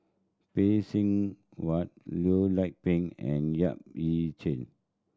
Phay Seng Whatt Loh Lik Peng and Yap Ee Chian